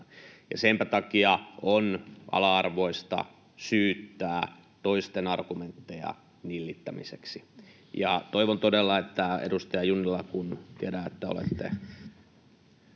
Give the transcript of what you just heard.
Senpä takia on ala-arvoista syyttää toisten argumentteja nillittämiseksi. Toivon todella, edustaja Junnila, kun tiedän, että olette